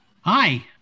Hi